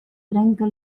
trenca